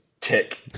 tick